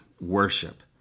worship